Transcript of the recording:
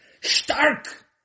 stark